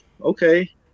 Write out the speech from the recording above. Okay